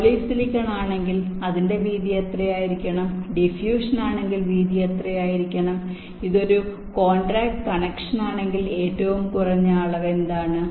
polysilicon ആണെങ്കിൽ അതിന്റെ വീതി എന്തായിരിക്കണം ഡിഫുഷൻ ആണെങ്കിൽ വീതി എന്തായിരിക്കണം ഇത് ഒരു കോൺടാക്റ്റ് കണക്ഷനാണെങ്കിൽ ഏറ്റവും കുറഞ്ഞ അളവ് എന്താണ്